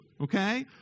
Okay